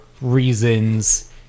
reasons